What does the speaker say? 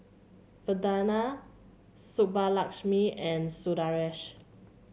Vandana Subbulakshmi and Sundaresh